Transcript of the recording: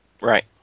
Right